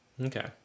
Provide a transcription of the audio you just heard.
Okay